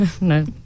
no